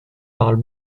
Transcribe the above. parle